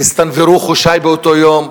והסתנוורו חושי באותו יום.